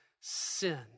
sin